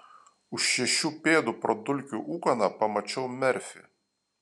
už šešių pėdų pro dulkių ūkaną pamačiau merfį